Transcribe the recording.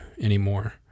anymore